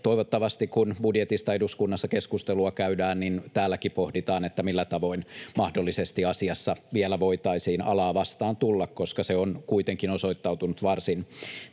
Toivottavasti, kun budjetista eduskunnassa keskustelua käydään, täälläkin pohditaan, millä tavoin mahdollisesti asiassa vielä voitaisiin alaa vastaan tulla, koska se on kuitenkin osoittautunut varsin